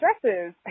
dresses